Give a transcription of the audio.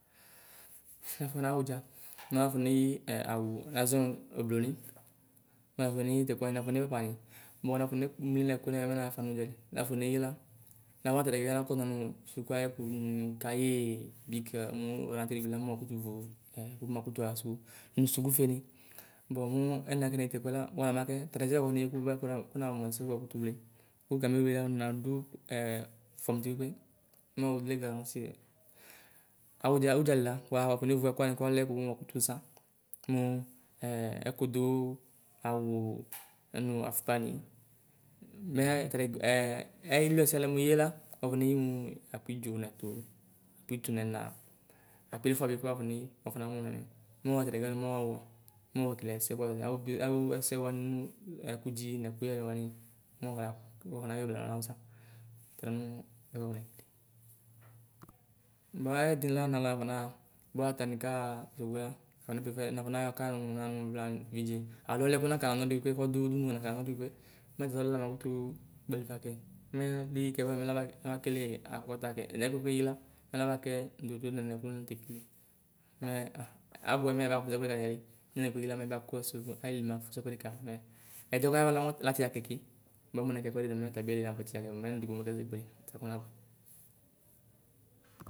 Nafɔ naɣudza nafoneyi awu azɔ obloni. nafoneyi afukpani. Bua nafɔne mlinɛku nɛmɛ mɛ naɣafa nudzǝli. Nafoneyi la namu atatɛgɛ la konoowu suku ayɛkʋ mu kayie bikǝ mu raŋtere eyui la mueskutu vu. Kuma kutu ɣasuku du nu sukuƒe ni. Bɔ mu ɛnake neke tɛkuɛ la wala makɛ trɛdɛ ene kura kurao kuna muɛsɛ wakutu wle. Du gameyui la nadu ɛɛ fuamu diekpe nɔbligasiɛ awudiaɣudzalila wuakonevuɛkuwani kɔlɛ kawu nɔza mu ɛɛ ɛkuduu, nu afukpa ni. Mɛɛ trɛbɛ eliɛsɛ mueyiela wuafoneyi mu akpidzo nɛtʋ, akoidʒonɛnaa, akpiliefua bi kura wafo neyi wofona banɛ, mɛ wayɔ tatɛgaani nɛwao mɛ mɛ wokeleɛsɛ bɛdi awuɛkuyɛ awu ɛsɛ nɛkudzi nɛkuyɛwani, mɔɣa kuanayɛ mawusa tunu m. Maɛdi nana nafɔnaɣa, ba atani kaya ewlɛ. Anipreƒɛ nafɔnaaka nannanvla evidze aliɛ kɔnaka nɔludi kpekpe ɔdudunu nakanɔludikpe. Mɛ tatɔluɔ lama kutu kpélifakɛ. Mɛ leyikɛ mɛ laba kelee akɔta kɛ. Ɛne kuteyila mɛ laba kɛ dodo nɛnɛ ku mu tekele. Me aŋh abuɛyɛ mɛla fusuɛkuɛdika nali kumueki la mɛbiakuɛsudu ayili na fusuɛkuɛdi ko mɔtabiele nafɔtijakɛ, manidigbo mɛ ɛkasekpe ɔnabuɛ.